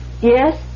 Yes